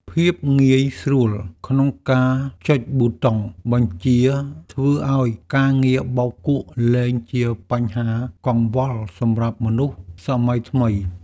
ភាពងាយស្រួលក្នុងការចុចប៊ូតុងបញ្ជាធ្វើឱ្យការងារបោកគក់លែងជាបញ្ហាកង្វល់សម្រាប់មនុស្សសម័យថ្មី។